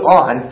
on